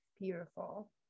beautiful